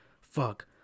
Fuck